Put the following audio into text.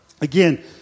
Again